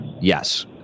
Yes